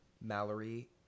Mallory